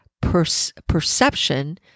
perception